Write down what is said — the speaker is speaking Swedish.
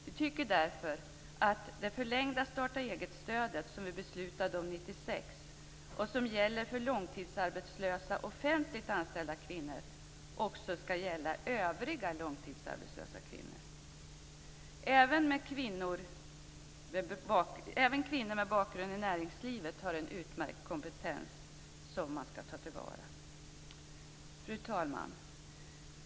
Vi tycker därför att det förlängda starta-eget-stödet, som beslutades 1996 och som gäller för långtidsarbetslösa offentligt anställda kvinnor, också skall gälla övriga långtidsarbetslösa kvinnor. Även kvinnor med bakgrund i näringslivet har en utmärkt kompetens, som man skall ta till vara. Fru talman!